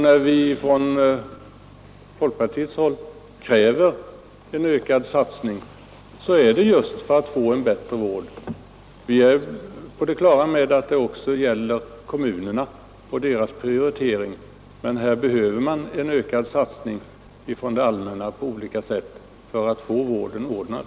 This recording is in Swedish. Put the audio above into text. När vi från folkpartiets håll kräver en ökad satsning är det just för att få en bättre vård. Vi är på det klara med att det också gäller kommunernas prioritering, men det behövs en ökad satsning från det allmänna på olika sätt för att få vården ordnad.